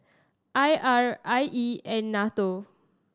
I R I E and NATO